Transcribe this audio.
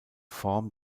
form